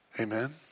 Amen